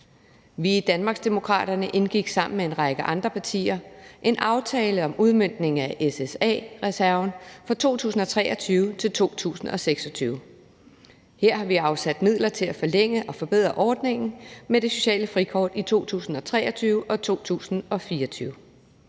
Vi i Danmarksdemokraterne indgik sammen med en række andre partier en aftale om udmøntning af SSA-reserven for 2023-2026. Her har vi afsat midler til at forlænge og forbedre ordningen med det sociale frikort i 2023 og 2024.